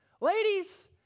Ladies